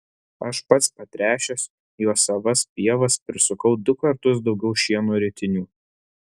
aš pats patręšęs juo savas pievas prisukau du kartus daugiau šieno ritinių